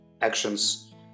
actions